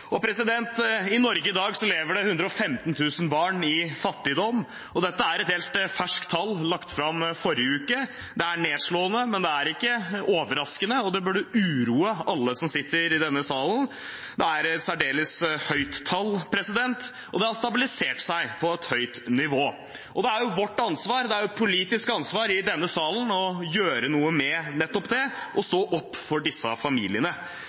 I Norge i dag lever det 115 000 barn i fattigdom. Dette er et helt ferskt tall, lagt fram i forrige uke. Det er nedslående, men det er ikke overraskende, og det burde uroe alle som sitter i denne salen. Det er et særdeles høyt tall, og det har stabilisert seg på et høyt nivå. Det er vårt ansvar – det er et politisk ansvar i denne salen – å gjøre noe med nettopp det og stå opp for disse familiene.